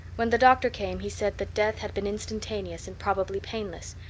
when the doctor came he said that death had been instantaneous and probably painless,